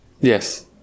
Yes